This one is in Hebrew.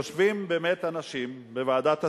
יושבים באמת אנשים בוועדת השרים,